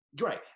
right